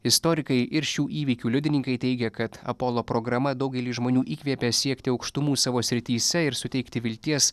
istorikai ir šių įvykių liudininkai teigia kad apolo programa daugelį žmonių įkvėpė siekti aukštumų savo srityse ir suteikti vilties